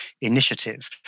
initiative